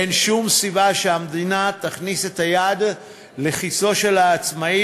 אין שום סיבה שהמדינה תכניס את היד לכיסו של העצמאי